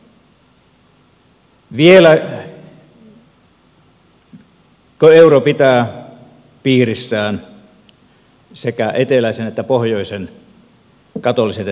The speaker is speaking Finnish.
vieläkö euro pitää piirissään sekä eteläisen että pohjoisen katoliset että protestantit